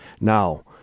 Now